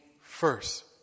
first